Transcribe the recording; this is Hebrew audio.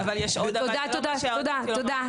תודה -- אבל יש עוד דברים שרציתי -- תודה,